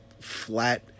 flat